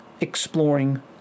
exploring